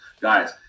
Guys